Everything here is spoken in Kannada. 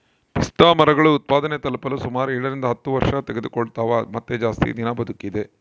ಪಿಸ್ತಾಮರಗಳು ಉತ್ಪಾದನೆ ತಲುಪಲು ಸುಮಾರು ಏಳರಿಂದ ಹತ್ತು ವರ್ಷತೆಗೆದುಕೊಳ್ತವ ಮತ್ತೆ ಜಾಸ್ತಿ ದಿನ ಬದುಕಿದೆ